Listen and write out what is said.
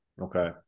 Okay